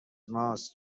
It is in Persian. ماست